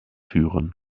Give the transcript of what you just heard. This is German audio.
führen